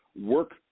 work